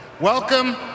Welcome